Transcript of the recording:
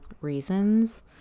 reasons